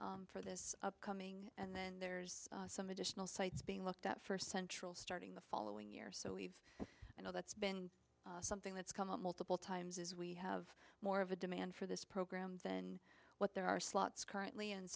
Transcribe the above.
side for this upcoming and then there's some additional sites being looked at first central starting the following year so we've you know that's been something that's come up multiple times is we have more of a demand for this program then what there are slots currently and